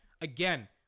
Again